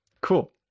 Cool